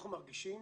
אנחנו מרגישים